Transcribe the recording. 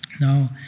Now